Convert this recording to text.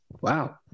Wow